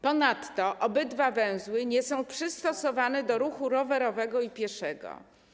Ponadto obydwa węzły nie są przystosowane do ruchu rowerowego i pieszego.